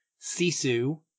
Sisu